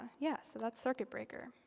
yeah, so that's circuit breaker.